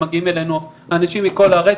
מגיעים אלינו אנשים מכל הארץ,